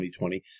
2020